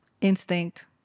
Instinct